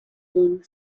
thing